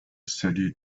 city